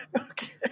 Okay